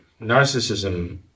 narcissism